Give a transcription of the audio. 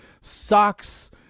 socks